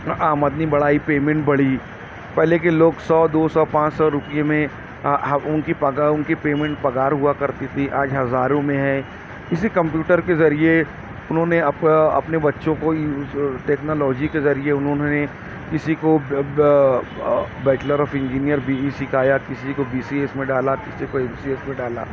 آمدنی بڑھائی پیمنٹ بڑھی پہلے کے لوگ سو دو سو پانچ سو روپئے میں ان کی پگا ان کی پیمنٹ پگار ہوا کرتی تھی آج ہزاروں میں ہے اسی کمپیوٹر کے ذریعے انہوں نے اپ اپنے بچوں کو ٹیکنالوجی کے ذریعے انہوں نے کسی کو bachelor of engineer B E سکھایا کسی کو بی سی ایس میں ڈالا کسی کو ای سی ایس میں ڈالا